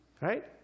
right